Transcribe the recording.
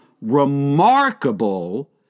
remarkable